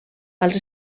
als